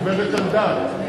עוברת על הדת.